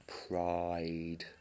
pride